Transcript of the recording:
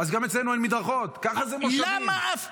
אז גם אצלנו אין מדרכות, ככה זה מושבים.